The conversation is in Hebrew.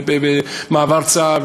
ובמעבר צה"ל,